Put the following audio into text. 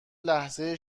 لحظه